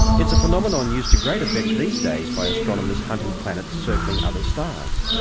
it's a phenomenon used to great effect these days by astronomers hunting planets circling other stars.